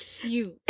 cute